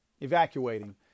evacuating